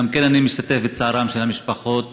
גם אני משתתף בצערן של המשפחות